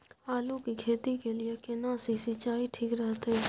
आलू की खेती के लिये केना सी सिंचाई ठीक रहतै?